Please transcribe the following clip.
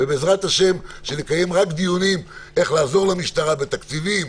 ובעזרת השם שנקיים רק דיונים איך לעזור למשטרה בתקציבים,